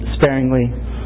sparingly